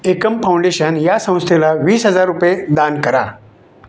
एकम foundation या संस्थेला वीस हजार रुपये दान करा